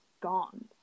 gone